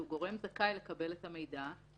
שהוא גורם שזכאי לקבל את המידע,